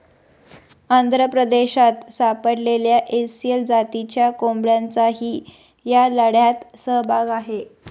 आंध्र प्रदेशात सापडलेल्या एसील जातीच्या कोंबड्यांचाही या लढ्यात सहभाग आहे